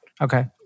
okay